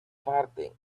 farting